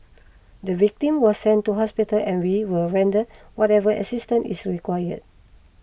the victim was sent to hospital and we will render whatever assistance is required